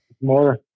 more